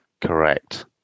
Correct